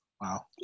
Wow